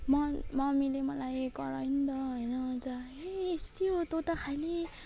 म मम्मीले मलाई करायो नि त हैन अनि त हे यस्तै हो तँ त खालि